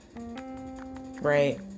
right